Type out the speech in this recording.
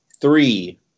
three